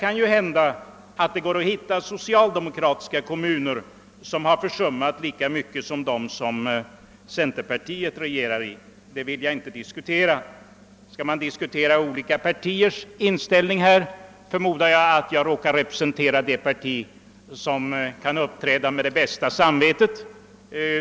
Kanhända är det möjligt att hitta socialdemokratiska kommuner som har försummat lika mycket som de som centerpartiet regerar i, men det vill jag inte närmare beröra. Skall man diskutera olika partiers inställning i detta avseende, förmodar jag att jag råkar representera det parti som kan uppträda med det bästa samvetet.